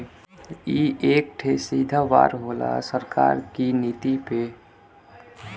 ई एक ठे सीधा वार होला सरकार की नीति पे